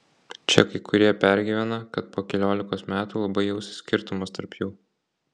čia kai kurie pergyvena kad po keliolikos metų labai jausis skirtumas tarp jų